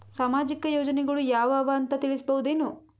ಸಾಮಾಜಿಕ ಯೋಜನೆಗಳು ಯಾವ ಅವ ಅಂತ ತಿಳಸಬಹುದೇನು?